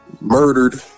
Murdered